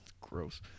gross